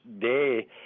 day